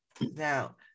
now